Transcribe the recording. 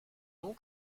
nom